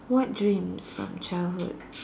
what dreams from childhood